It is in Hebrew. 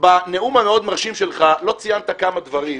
בנאום המאוד מרשים שלך לא ציינת כמה דברים,